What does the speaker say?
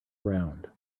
around